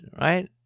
right